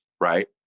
right